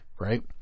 right